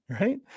right